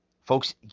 Folks